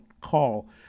call